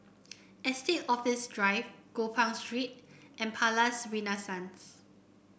Estate Office Drive Gopeng Street and Palais Renaissance